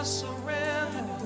surrender